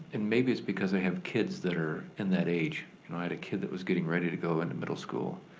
and maybe it's because i have kids that are in that age. i had a kid that was getting ready to go into middle school.